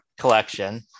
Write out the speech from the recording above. collection